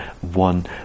one